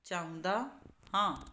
ਚਾਹੁੰਦਾ ਹਾਂ